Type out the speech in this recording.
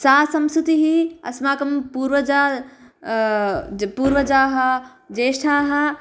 सा संस्कृतिः अस्माकं पूर्वजा पूर्वजाः ज्येष्ठाः